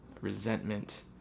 resentment